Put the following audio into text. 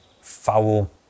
Foul